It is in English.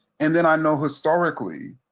and then i know historically,